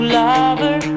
lover